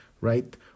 right